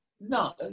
No